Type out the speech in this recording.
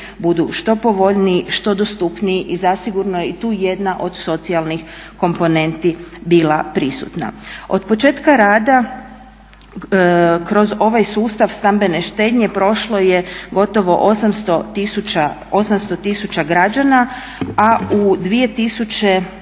budu što povoljniji, što dostupniji i zasigurno je i tu jedna od socijalnih komponenti bila prisutna. Od početka rada kroz ovaj sustav stambene štednje prošlo je gotovo 800000 građana, a u 2013.